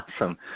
awesome